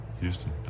Houston